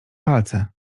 palce